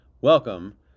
Welcome